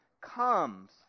comes